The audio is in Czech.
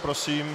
Prosím.